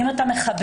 אם אתה מחבק,